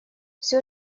всё